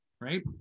right